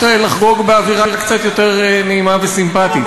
לחגוג באווירה קצת יותר נעימה וסימפתית.